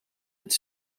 het